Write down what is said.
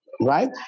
right